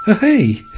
Hey